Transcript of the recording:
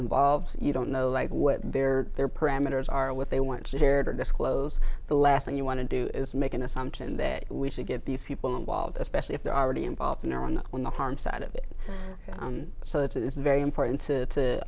involved you don't know like what their their parameters are what they want to share disclose the last thing you want to do is make an assumption that we should get these people involved especially if they're already involved in their own when the harm side of it so it's very important to